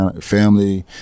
family